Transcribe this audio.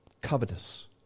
covetous